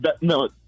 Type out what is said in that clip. no